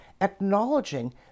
acknowledging